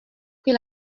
pris